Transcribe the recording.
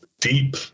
deep